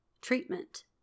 treatment